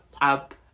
up